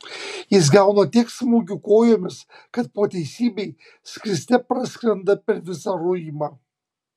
jis gauna tiek smūgių kojomis kad po teisybei skriste praskrenda per visą ruimą